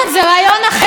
זה רעיון אחר.